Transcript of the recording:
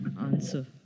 answer